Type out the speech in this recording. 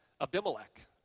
Abimelech